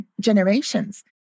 generations